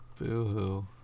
Boo-hoo